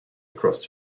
across